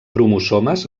cromosomes